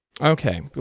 Okay